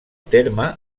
terme